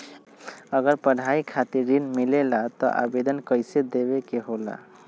अगर पढ़ाई खातीर ऋण मिले ला त आवेदन कईसे देवे के होला?